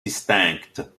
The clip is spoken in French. distinctes